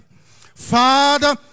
Father